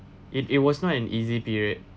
it it was not an easy period